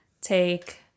take